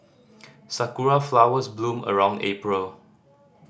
sakura flowers bloom around April